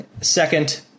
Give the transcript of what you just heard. second